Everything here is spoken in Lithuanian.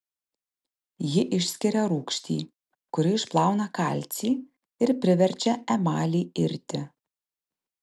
ji išskiria rūgštį kuri išplauna kalcį ir priverčia emalį irti